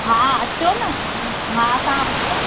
हा अचो न हा तव्हां अचो